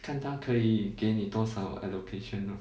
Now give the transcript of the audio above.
看他可以给你多少 allocation lor